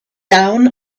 down